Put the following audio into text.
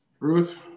Ruth